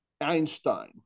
Einstein